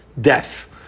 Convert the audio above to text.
death